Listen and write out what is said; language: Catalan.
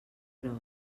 gros